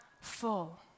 full